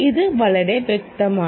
ഇത് വളരെ വ്യക്തമാണ്